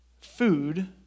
food